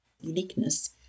uniqueness